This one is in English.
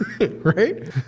Right